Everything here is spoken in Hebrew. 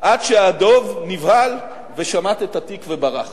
עד שהדוב נבהל ושמט את התיק וברח.